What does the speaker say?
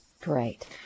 Great